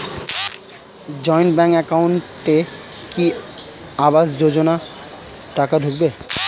Joint bank একাউন্টে কি আবাস যোজনা টাকা ঢুকবে?